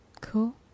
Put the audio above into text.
Cool